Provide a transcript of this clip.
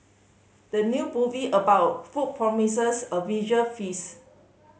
the new movie about food promises a visual feast